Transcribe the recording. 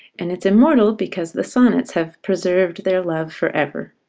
and it's immortal because the sonnets have preserved their love forever.